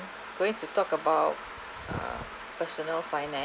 going to talk about uh personal finance